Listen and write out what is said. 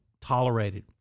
tolerated